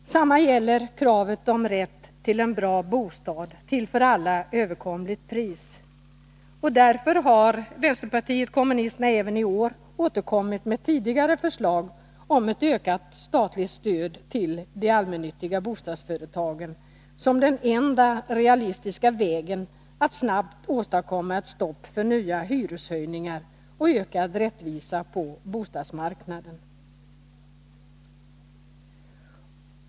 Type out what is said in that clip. Detsamma gäller kravet om rätt till en bra bostad till överkomligt pris för alla. Därför har vpk även i år återkommit med tidigare förslag om ett ökat statligt stöd till de allmännyttiga bostadsföretagen som den enda realistiska vägen att snabbt åstadkomma ett stopp för nya hyreshöjningar och en ökad rättvisa på bostadsmarknaden.